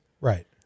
Right